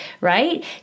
Right